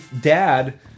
Dad